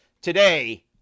today